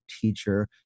teacher